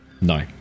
no